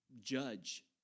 judge